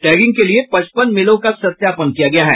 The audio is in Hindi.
टैगिंग के लिए पचपन मिलों का सत्यापन किया गया है